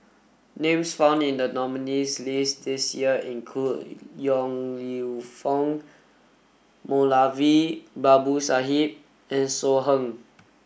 names found in the nominees' list this year include Yong Lew Foong Moulavi Babu Sahib and So Heng